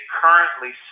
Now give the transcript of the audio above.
currently